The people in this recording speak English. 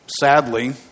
Sadly